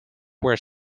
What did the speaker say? where